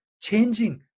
changing